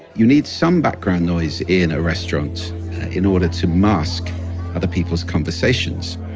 you need some background noise in a restaurant in order to mask other peoples' conversations.